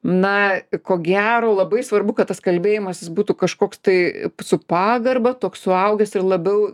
na ko gero labai svarbu kad tas kalbėjimasis būtų kažkoks tai su pagarba toks suaugęs ir labiau